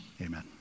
amen